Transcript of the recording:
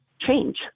change